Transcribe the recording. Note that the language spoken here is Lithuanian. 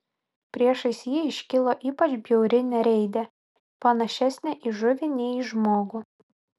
priešais jį iškilo ypač bjauri nereidė panašesnė į žuvį nei į žmogų